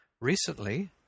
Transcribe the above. Recently